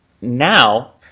now